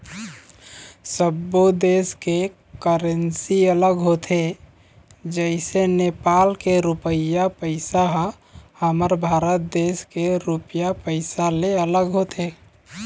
सब्बो देस के करेंसी अलग होथे जइसे नेपाल के रुपइया पइसा ह हमर भारत देश के रुपिया पइसा ले अलग होथे